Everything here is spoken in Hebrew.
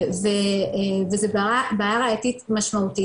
וזאת בעיה ראייתי משמעותית,